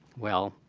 well,